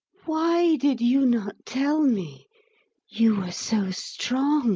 why did you not tell me you were so strong?